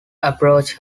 approach